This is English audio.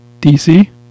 DC